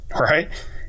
right